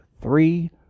three